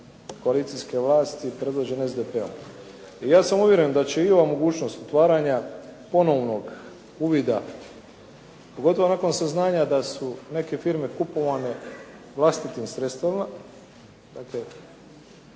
koalicijske vlasti predvođene SDP-om. I ja sam uvjeren da će i ova mogućnost stvaranja ponovnog uvida pogotovo nakon saznanja da su neke firme kupovane vlastitih sredstvima,